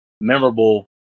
memorable